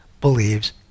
believes